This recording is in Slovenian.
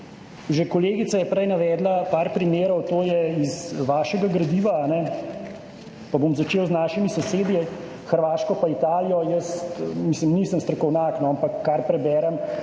Že kolegica je prej navedla par primerov iz vašega gradiva, pa bom začel z našimi sosedi, Hrvaško in Italijo. Jaz nisem strokovnjak, no, ampak kar berem,